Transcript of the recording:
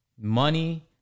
money